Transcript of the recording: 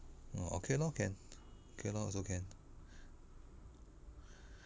orh okay lor can okay lor also can